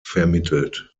vermittelt